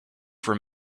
for